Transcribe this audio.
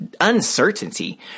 uncertainty